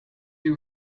you